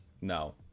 No